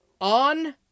on